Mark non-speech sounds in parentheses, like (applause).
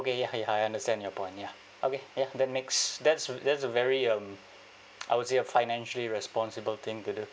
okay ya I understand your point ya okay that makes that's that's a very um (noise) I would say a financially responsible thing to do